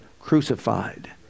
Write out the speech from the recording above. crucified